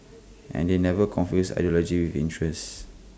and they never confused ideology interest